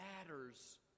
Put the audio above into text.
matters